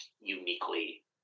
uniquely